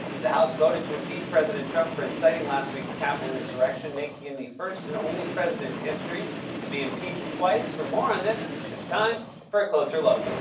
the house voted to impeach president trump for inciting last week's capitol insurrection, making him the first and only president in history to be impeached twice. for more on this, it's time for a closer look.